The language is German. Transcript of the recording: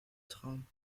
traum